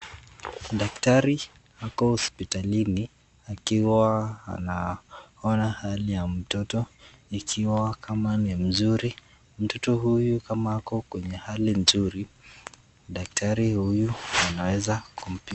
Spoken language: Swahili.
Daktari ako hospitalini akiwa anaona hali ya mtoto ikiwa kama ni mzuri. Mtoto huyu kama ako kwenye hali nzuri daktari huyu anaweza kumpima.